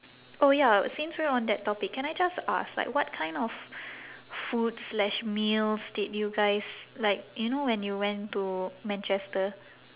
oh ya since we're on that topic can I just ask like what kind of food slash meals did you guys like you know when you went to manchester